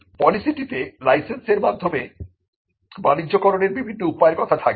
পলিসিটিতে লাইসেন্সের মাধ্যমে বাণিজ্যকরনের বিভিন্ন উপায়ের কথা থাকবে